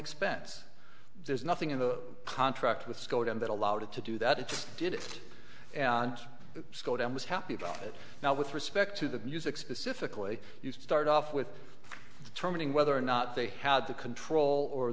expense there's nothing in the contract with skoda that allowed it to do that it just did it and scott m was happy about it now with respect to the music specifically you start off with terminating whether or not they had the control or